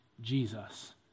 Jesus